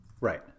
Right